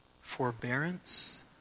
forbearance